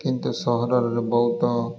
କିନ୍ତୁ ସହରରେ ବହୁତ